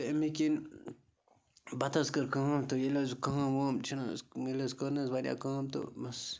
تہٕ اَمی کِنۍ پَتہٕ حظ کٔر کٲم تہٕ ییٚلہِ حظ کٲم وٲم چھِنہٕ حظ ییٚلہِ حظ کٔر نہٕ حظ واریاہ کٲم تہٕ بَس